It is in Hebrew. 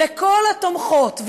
וכל התומכות,